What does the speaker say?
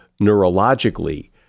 neurologically